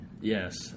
Yes